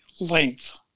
length